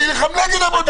אני נלחם נגד הבודדים.